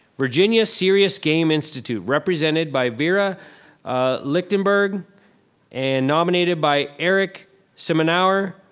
virginia serious game institute represented by vera lichtenberg and nominated by eric seminower,